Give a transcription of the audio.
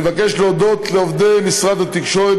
אני מבקש להודות לעובדי משרד התקשורת,